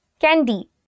Candy